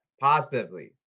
positively